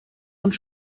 und